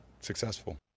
successful